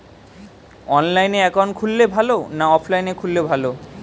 অনলাইনে একাউন্ট খুললে ভালো না অফলাইনে খুললে ভালো?